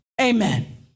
Amen